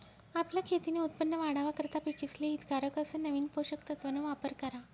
आपलं खेतीन उत्पन वाढावा करता पिकेसले हितकारक अस नवीन पोषक तत्वन वापर करा